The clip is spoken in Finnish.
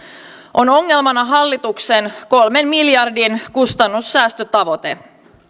on ongelmana hallituksen kolmen miljardin kustannussäästötavoite